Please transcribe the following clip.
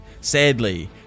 Sadly